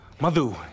Madhu